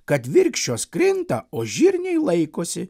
kad virkščios krinta o žirniai laikosi